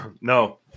No